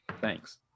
Thanks